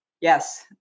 yes